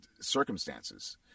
circumstances